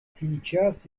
сейчас